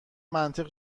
منطق